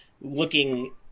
looking